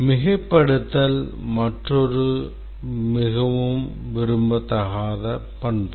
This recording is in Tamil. மிகைப்படுத்தல் மற்றொரு மிகவும் விரும்பத்தகாத பண்பு